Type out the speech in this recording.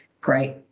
great